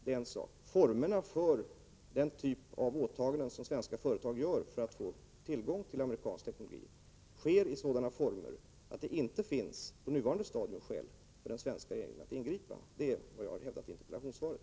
Det är en sak. De åtaganden som svenska företag gör för att få tillgång till amerikansk teknologi har sådana former att det på nuvarande stadium inte finns skäl för den svenska regeringen att ingripa. Det är vad jag har hävdat i interpellationssvaret.